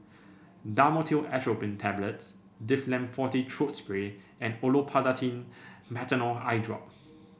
Dhamotil Atropine Tablets Difflam Forte Throat Spray and Olopatadine Patanol Eyedrop